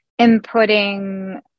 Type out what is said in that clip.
inputting